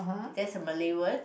that's a Malay word